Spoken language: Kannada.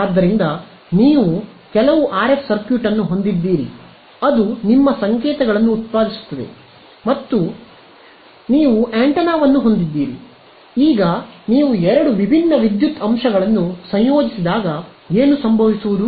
ಆದ್ದರಿಂದ ನೀವು ಕೆಲವು ಆರ್ಎಫ್ ಸರ್ಕ್ಯೂಟ್ ಅನ್ನು ಹೊಂದಿದ್ದೀರಿ ಅದು ನಿಮ್ಮ ಸಂಕೇತಗಳನ್ನು ಉತ್ಪಾದಿಸುತ್ತದೆ ಮತ್ತು ನೀವು ಆಂಟೆನಾವನ್ನು ಹೊಂದಿದ್ದೀರಿ ಈಗ ನೀವು ಎರಡು ವಿಭಿನ್ನ ವಿದ್ಯುತ್ ಅಂಶಗಳನ್ನು ಸಂಯೋಜಿಸಿದಾಗ ಏನು ಸಂಭವಿಸುವುದು